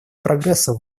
прогресса